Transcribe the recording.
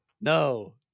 No